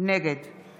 נגד